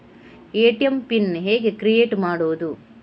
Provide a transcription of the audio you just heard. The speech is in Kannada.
ಎ.ಟಿ.ಎಂ ಪಿನ್ ಹೇಗೆ ಕ್ರಿಯೇಟ್ ಮಾಡುವುದು?